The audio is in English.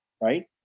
right